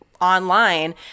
online